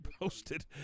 posted